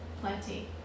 plenty